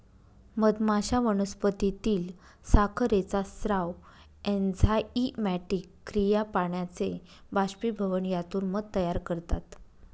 मधमाश्या वनस्पतीतील साखरेचा स्राव, एन्झाइमॅटिक क्रिया, पाण्याचे बाष्पीभवन यातून मध तयार करतात